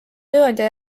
tööandja